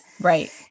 Right